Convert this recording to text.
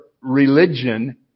religion